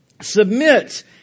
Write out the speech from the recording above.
Submit